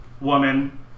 woman